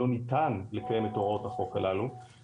שלא ניתן לקיים את הוראות החוק הללו,